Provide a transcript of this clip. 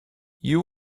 you